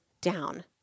down